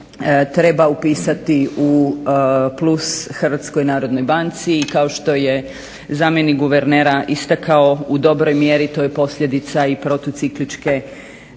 treba upisati u plus Hrvatskoj narodnoj banci i kao što je zamjenik guvernera istakao u dobroj mjeri to je posljedica i protucikličke